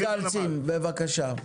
מנכ"ל צים, בבקשה.